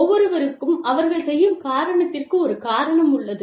ஒவ்வொருவருக்கும் அவர்கள் செய்யும் காரியத்திற்கு ஒரு காரணம் உள்ளது